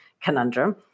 conundrum